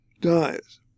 dies